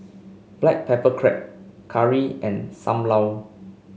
Black Pepper Crab curry and Sam Lau